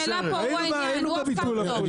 היינו בביטול הזה.